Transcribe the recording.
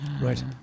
right